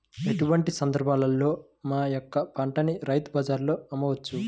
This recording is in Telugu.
ఎటువంటి సందర్బాలలో మా యొక్క పంటని రైతు బజార్లలో అమ్మవచ్చు?